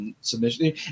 Submission